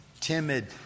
timid